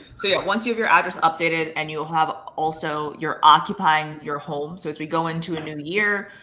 so yeah once you have your address updated and you have also, you're occupying your home, so as we go into a new year,